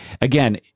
again